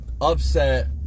upset